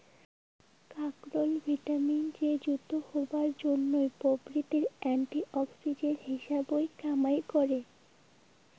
কাকরোল vitamin C যুত হবার জইন্যে প্রাকৃতিক অ্যান্টি অক্সিডেন্ট হিসাবত কামাই করে